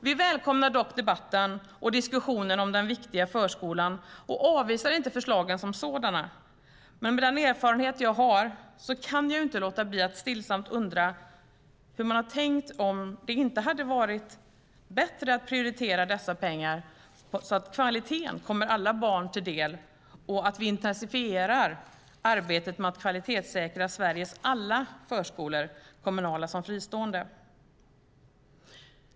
Vi välkomnar dock debatten och diskussionen om den viktiga förskolan och avvisar inte förslagen som sådana. Men med den erfarenhet jag har kan jag ju inte låta bli att stillsamt undra hur man har tänkt och om det inte varit bättre prioriterat att satsa dessa pengar så att kvaliteten kommer alla barn till del och att vi intensifierar arbetet med att kvalitetssäkra Sveriges alla förskolor, kommunala som fristående.